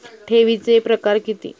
ठेवीचे प्रकार किती?